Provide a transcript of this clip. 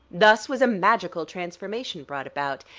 thus was a magical transformation brought about.